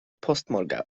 postmorgaŭ